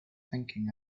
thinking